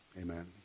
amen